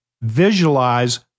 visualize